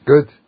Good